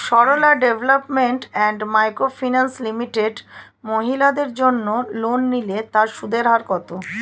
Sarala development and micro finance limited মহিলাদের জন্য loan নিলে তার সুদের হার কত?